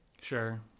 Sure